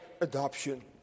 adoption